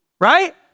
right